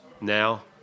now